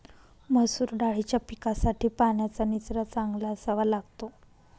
मसूर दाळीच्या पिकासाठी पाण्याचा निचरा चांगला असावा लागतो